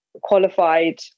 qualified